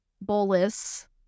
bolus